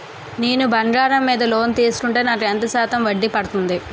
నేను బంగారం మీద లోన్ తీసుకుంటే నాకు ఎంత శాతం వడ్డీ పడుతుంది?